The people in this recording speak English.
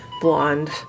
blonde